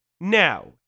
now